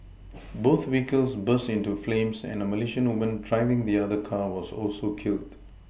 both vehicles burst into flames and a Malaysian woman driving the other car was also killed